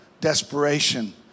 desperation